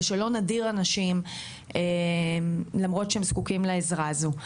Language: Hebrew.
ושלא נדיר אנשים למרות שהם זקוקים לעזרה הזו.